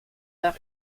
par